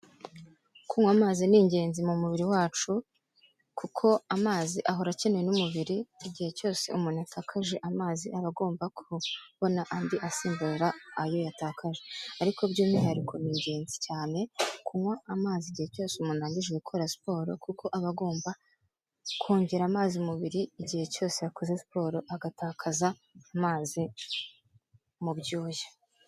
Kunywa amazi ni ingenzi mu mubiri wacu, kuko amazi ahora akenewe n'umubiri igihe cyose umuntu ataje amazi, aba agomba kubona andi asimbura ayo yatakaje. Ariko by'umwihariko ni ingenzi cyane kunywa amazi igihe cyose umuntu arangije gukora siporo, kuko aba agomba kongera amazi umubiri igihe cyose yakoze siporo agatakaza amazi mu byuya.